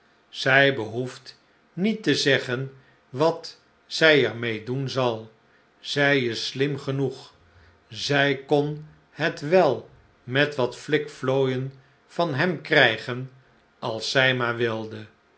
zij behoeft niet te zeggen wat zij er mee doen zal zij is slim genoeg zij kon het wel met wat flikflooien van hem krijgen als zij maar wilde